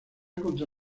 contra